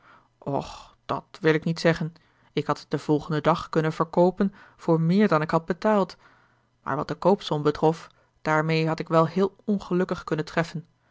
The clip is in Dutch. och dat wil ik niet zeggen ik had het den volgenden dag kunnen verkoopen voor méér dan ik had betaald maar wat de koopsom betrof daarmee had ik wel heel ongelukkig kunnen treffen